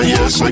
Yes